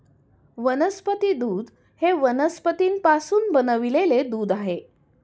वनस्पती दूध हे वनस्पतींपासून बनविलेले दूध आहे